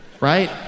right